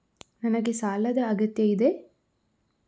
ನನಗೆ ಸಾಲದ ಅಗತ್ಯ ಇದೆ?